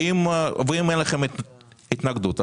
אם אין לכם התנגדות,